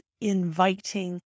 inviting